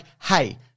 hey